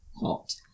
hot